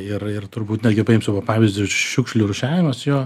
ir ir turbūt netgi paimsiu va pavyzdžiui šiukšlių rūšiavimas jo